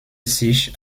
sich